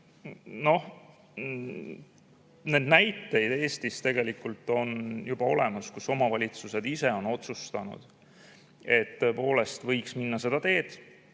Noh, neid näiteid Eestis on juba olemas, kus omavalitsused on otsustanud, et tõepoolest võiks minna seda teed,